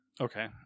okay